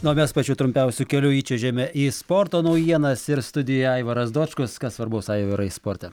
na o mes pačiu trumpiausiu keliu įčiuožėme į sporto naujienas ir studijoje aivaras dočkus kas svarbaus aivarai sporte